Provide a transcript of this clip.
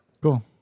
Cool